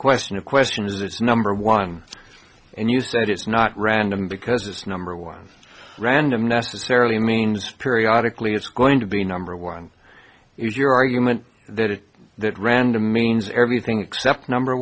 question of question is its number one and you said it's not random because it's number one random necessarily means periodic lee it's going to be number one is your argument that it that random means everything except number